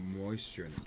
moisture